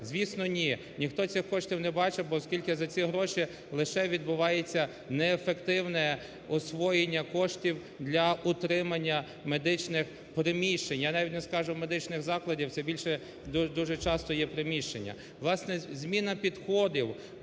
Звісно, ні, ніхто цих коштів не бачив, бо оскільки за ці гроші лише відбувається неефективне освоєння коштів для утримання медичних приміщень, я навіть не скажу медичних закладів, це більше дуже часто є приміщення.